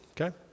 okay